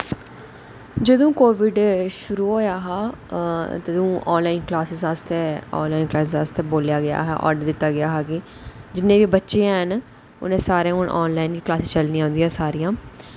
जदूं कोविड शुरु होएआ हा तदूं आनलाइन क्लासें आस्तै आनलाइन क्लासें आस्तै बोल्लेआ गेआ हा आर्डर दित्ता गेआ हा कि जिन्ने बी बच्चे हैन उ'नें सारें कोल आनलाइन क्लासां चलनियां उं'दियां सारियां